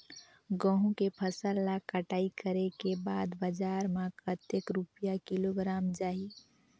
गंहू के फसल ला कटाई करे के बाद बजार मा कतेक रुपिया किलोग्राम जाही?